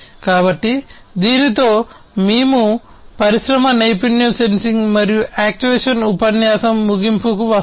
కాబట్టి దీనితో మేము పరిశ్రమ నైపుణ్యం సెన్సింగ్ మరియు యాక్చుయేషన్ ఉపన్యాసం ముగింపుకు వస్తాము